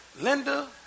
Linda